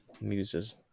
muses